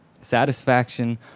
Satisfaction